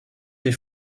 des